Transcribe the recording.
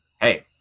hey